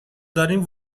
داریم